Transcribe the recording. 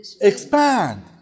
Expand